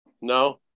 No